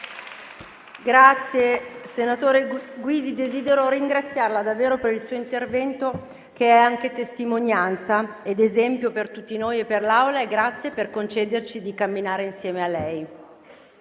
Senatore Guidi, desidero ringraziarla davvero per il suo intervento, che è anche testimonianza ed esempio per tutti noi e per l'Assemblea. Grazie per concederci di camminare insieme a lei.